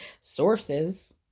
sources